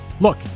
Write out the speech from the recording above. Look